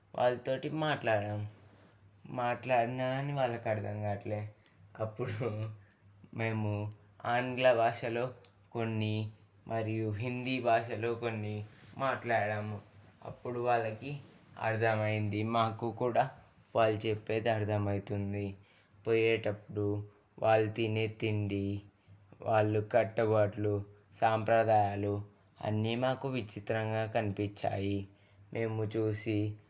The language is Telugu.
వాళ్ళ తోటి మాట్లాడం మాట్లాడినా కానీ వాళ్ళకి అర్థం కావట్లేదు అప్పుడు మేము ఆంగ్ల భాషలో కొన్ని మరియు హిందీ భాషలో కొన్ని మాట్లాడము అప్పుడు వాళ్ళకి అర్థమయింది మాకు కూడా వాళ్ళు చెప్పేది అర్థమవుతుంది పోయేటప్పుడు వాళ్ళు తినే తిండి వాళ్ళు కట్టుబాట్లు సాంప్రదాయాలు అన్ని మాకు విచిత్రంగా కనిపించాయి మేము చూసి